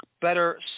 better